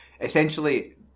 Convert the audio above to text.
Essentially